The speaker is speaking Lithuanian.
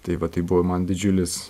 tai va tai buvo man didžiulis